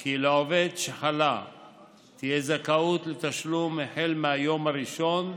כי לעובד שחלה תהיה זכאות לתשלום החל מהיום הראשון,